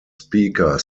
speaker